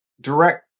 direct